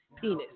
penis